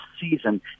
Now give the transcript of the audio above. season